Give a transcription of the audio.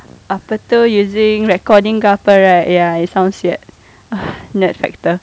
apa itu using recording ke apa right ya it sounds weird net factor